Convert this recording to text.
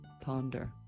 ponder